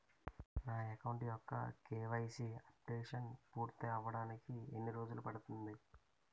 నా అకౌంట్ యెక్క KYC updation పూర్తి అవ్వడానికి ఎన్ని రోజులు పడుతుంది?